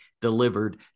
delivered